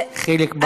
חיליק בר.